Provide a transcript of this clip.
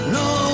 no